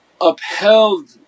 upheld